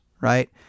right